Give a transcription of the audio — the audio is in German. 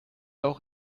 auch